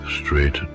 straight